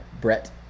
Brett